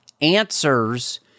answers